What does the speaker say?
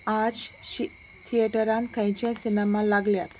आज थिएटरांत खंयचे सिनेमा लागल्यात